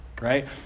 Right